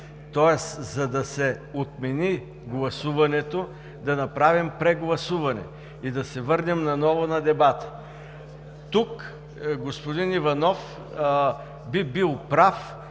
тоест, за да се отмени гласуването да направим прегласуване и да се върнем отново на дебата. Тук господин Иванов би бил прав,